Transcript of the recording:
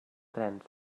trens